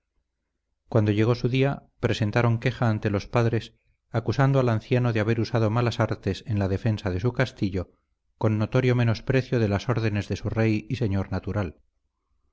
cuando llegó su día presentaron queja ante los padres acusando al anciano de haber usado malas artes en la defensa de su castillo con notorio menosprecio de las órdenes de su rey y señor natural